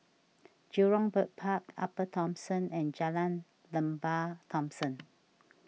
Jurong Bird Park Upper Thomson and Jalan Lembah Thomson